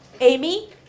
Amy